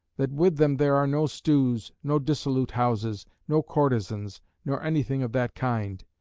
that with them there are no stews, no dissolute houses, no courtesans, nor anything of that kind.